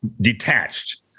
detached